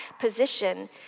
position